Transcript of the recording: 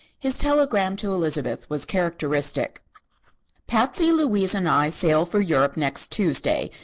his telegram to elizabeth was characteristic patsy louise and i sail for europe next tuesday.